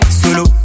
solo